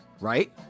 right